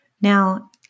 Now